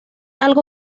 algo